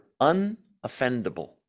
unoffendable